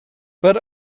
per